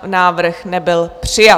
Návrh nebyl přijat.